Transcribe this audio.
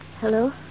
Hello